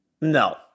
No